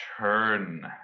turn